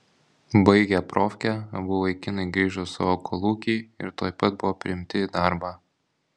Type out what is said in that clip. baigę profkę abu vaikinai grįžo į savo kolūkį ir tuoj pat buvo priimti į darbą